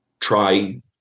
try